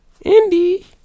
Indy